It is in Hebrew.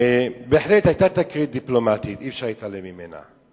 בהחלט היתה תקרית דיפלומטית, אי-אפשר להתעלם ממנה,